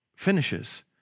finishes